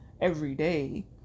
everyday